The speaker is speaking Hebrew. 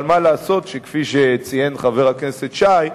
אבל מה לעשות, כפי שציין חבר הכנסת שי,